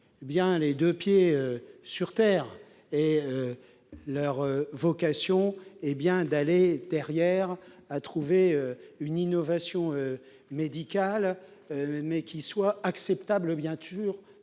les deux pieds sur terre ! Leur vocation est bien d'aller trouver une innovation médicale qui soit acceptable par